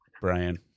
Brian